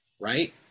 right